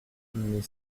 mais